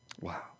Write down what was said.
Wow